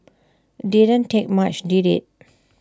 didn't take much did IT